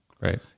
Right